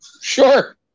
sure